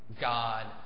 God